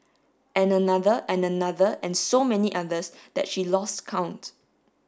and another and another and so many others that she lost count